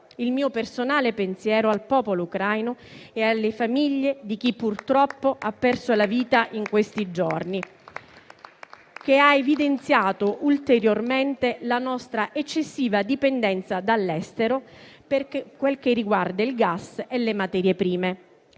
Il mio personale pensiero va al popolo ucraino e alle famiglie di chi purtroppo ha perso la vita in questi giorni. Ciò ha evidenziato ulteriormente la nostra eccessiva dipendenza dall'estero per quel che riguarda il gas e le materie prime.